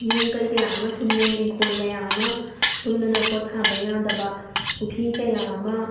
ꯌꯨꯝ ꯀꯩ ꯀꯌꯥ ꯑꯃ ꯊꯨꯝꯃꯦ ꯏꯪꯈꯣꯜ ꯀꯌꯥ ꯑꯃ ꯊꯨꯝꯗꯅ ꯄꯣꯠ ꯊꯥꯕ ꯌꯥꯗꯕ ꯄꯨꯈ꯭ꯔꯤ ꯀꯌꯥ ꯑꯃ